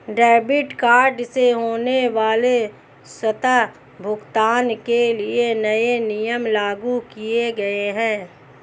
debit card से होने वाले स्वतः भुगतान के लिए नए नियम लागू किये गए है